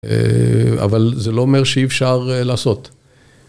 אבל זה לא אומר שאי אפשר לעשות.